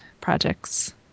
projects